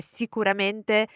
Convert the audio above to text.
sicuramente